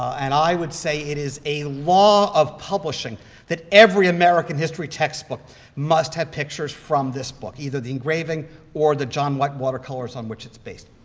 and i would say it is a law of publishing that every american history textbook must have pictures from this book, either the engraving or the john white watercolors on which it's based.